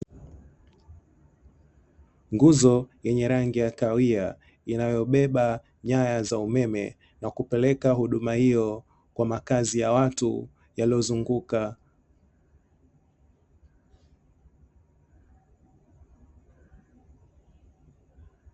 Nguzo yenye rangi ya kahawia inayobeba nyaya za umeme na kupeleka huduma hiyo kwa makazi ya watu yaliozunguka.